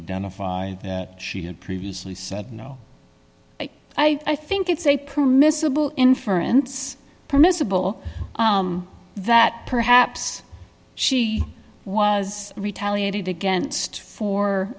identify that she had previously said no i think it's a permissible inference permissible that perhaps she was retaliated against for